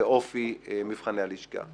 ואופי מבחני הלשכה.